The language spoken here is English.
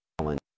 challenge